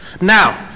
Now